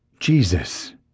Jesus